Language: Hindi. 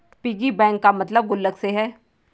पिगी बैंक का मतलब गुल्लक से है